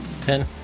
Ten